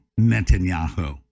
Netanyahu